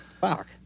fuck